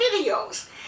videos